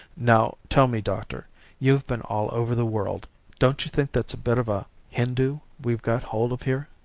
now tell me, doctor you've been all over the world don't you think that's a bit of a hindoo we've got hold of here